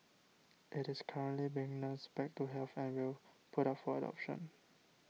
it is currently being nursed back to health and will put up for adoption